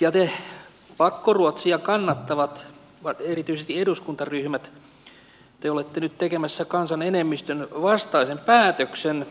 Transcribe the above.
ja te pakkoruotsia kannattavat erityisesti eduskuntaryhmät te olette nyt tekemässä kansan enemmistön vastaisen päätöksen